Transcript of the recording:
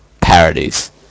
parodies